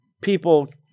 people